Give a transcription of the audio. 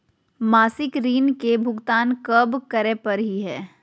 मासिक ऋण के भुगतान कब करै परही हे?